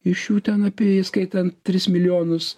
iš jų ten apie įskaitant tris milijonus